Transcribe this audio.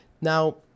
Now